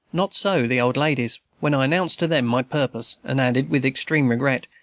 not so the old ladies, when i announced to them my purpose, and added, with extreme regret,